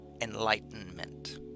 Enlightenment